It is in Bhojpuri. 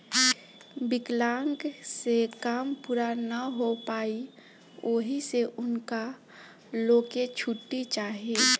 विकलांक से काम पूरा ना हो पाई ओहि से उनका लो के छुट्टी चाही